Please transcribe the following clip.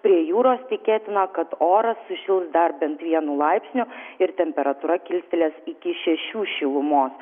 prie jūros tikėtina kad oras sušils dar bent vienu laipsniu ir temperatūra kilstelės iki šešių šilumos